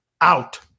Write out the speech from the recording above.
Out